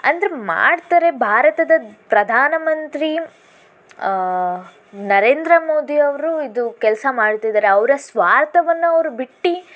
ಅಂದರೆ ಮಾಡ್ತಾರೆ ಭಾರತದ ಪ್ರಧಾನಮಂತ್ರಿ ನರೇಂದ್ರ ಮೋದಿಯವರು ಇದು ಕೆಲಸ ಮಾಡ್ತಿದ್ದಾರೆ ಅವರ ಸ್ವಾರ್ಥವನ್ನವರು ಬಿಟ್ಟು